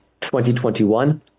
2021